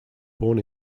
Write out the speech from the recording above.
born